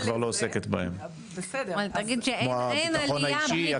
כבר לא עוסקת בהם כמו הביטחון האישי,